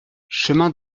chemin